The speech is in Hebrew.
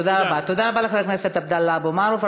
תודה רבה לחבר הכנסת עבדאללה אבו מערוף.